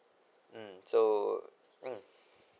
um so mm